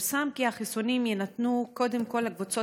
פורסם כי החיסונים יינתנו קודם כול לקבוצות